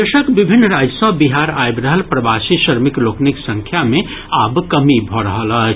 देशक विभिन्न राज्य सँ बिहार आबि रहल प्रवासी श्रमिक लोकनिक संख्या मे आब कमी भऽ रहल अछि